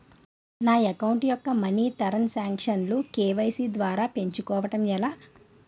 నా అకౌంట్ యెక్క money transaction లు కే.వై.సీ ద్వారా పెంచుకోవడం ఎలా?